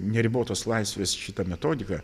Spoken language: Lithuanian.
neribotos laisvės šita metodika